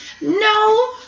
No